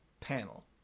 panel